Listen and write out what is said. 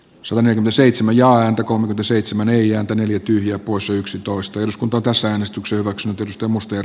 suomen seitsemän jaa ääntä kun seitsemän ei ääntä neljä tyhjää poissa yksitoista jos kunto pääsee istuksi hyväksytystä muster